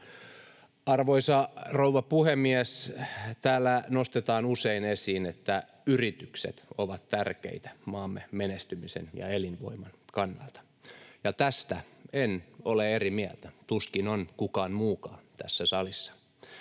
Arvoisa rouva puhemies! Täällä nostetaan usein esiin, että yritykset ovat tärkeitä maamme menestymisen ja elinvoiman kannalta. Tästä en ole eri mieltä, tuskin on kukaan muukaan tässä salissa.